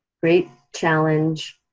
great challenge,